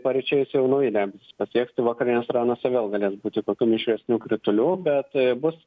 paryčiais jau nauji debesys pasieks tai vakariniuose rajonuose vėl galės būti kokių mišresnių kritulių bet bus